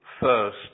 first